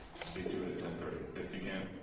speak to it at ten thirty. if you can't,